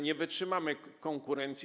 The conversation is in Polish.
Nie wytrzymamy konkurencji.